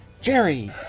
Jerry